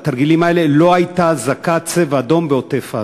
בתרגילים האלה לא הייתה אזעקת "צבע אדום" בעוטף-עזה,